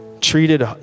treated